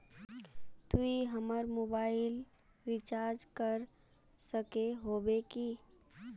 तू हमर mobile recharge कर सके होबे की?